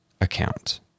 account